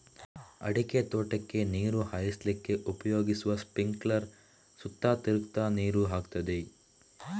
ಅಡಿಕೆ ತೋಟಕ್ಕೆ ನೀರು ಹಾಯಿಸ್ಲಿಕ್ಕೆ ಉಪಯೋಗಿಸುವ ಸ್ಪಿಂಕ್ಲರ್ ಸುತ್ತ ತಿರುಗ್ತಾ ನೀರು ಹಾಕ್ತದೆ